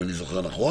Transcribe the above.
אם אני זוכר נכון